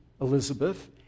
Elizabeth